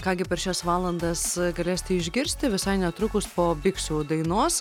ką gi per šias valandas galėsite išgirsti visai netrukus po biksų dainos